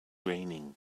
raining